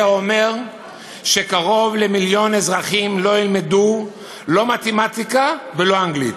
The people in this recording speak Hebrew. זה אומר שקרוב למיליון אזרחים לא ילמדו לא מתמטיקה ולא אנגלית,